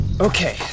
Okay